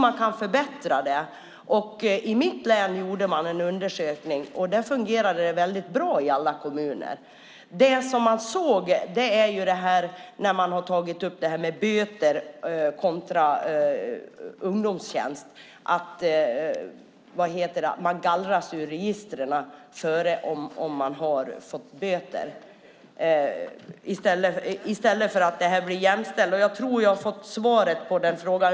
Man kan förbättra det. I mitt hemlän gjorde man en undersökning, och där fungerade det bra i alla kommuner. När man tar upp frågan om böter kontra ungdomstjänst handlade det om att ungdomar gallras ur registren om de har fått böter i stället, för att det är jämställt. Jag har fått svaret på den frågan.